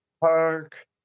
park